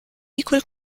equal